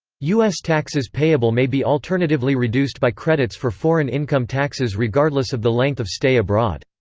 u s. taxes payable may be alternatively reduced by credits for foreign income taxes regardless of the length of stay abroad.